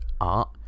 art